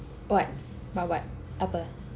what but what apa